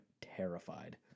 terrified